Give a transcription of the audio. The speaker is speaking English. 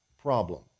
problem